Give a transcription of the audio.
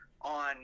on